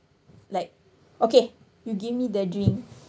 like okay you give me the drink